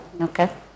Okay